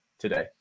today